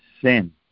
sin